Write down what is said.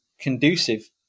conducive